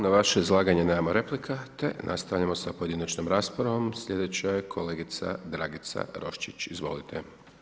Na vaše izlaganje nemamo replika, nastavljamo sa pojedinačnom raspravom, sljedeća je kolegica Dragica Roščić, izvolite.